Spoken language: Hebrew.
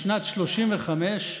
בשנת 1935,